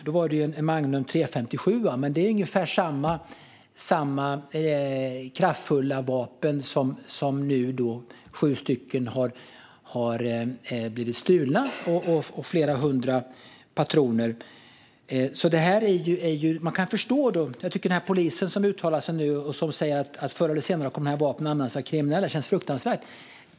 Då var det en Magnum 357, men det är ungefär samma kraftfulla vapen som nu har blivit stulna, sju stycken, tillsammans med flera hundra patroner. Jag tycker att man kan förstå den polis som nu har uttalat sig och sagt att dessa vapen förr eller senare kommer att användas av kriminella, och det känns fruktansvärt.